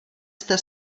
jste